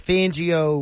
Fangio